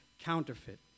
counterfeit